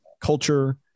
culture